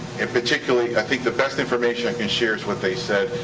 and particularly, i think the best information i can share is what they said,